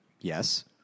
yes